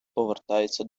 повертається